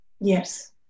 Yes